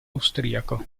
austriaco